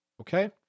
Okay